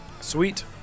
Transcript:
Sweet